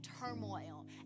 turmoil